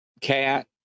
Cat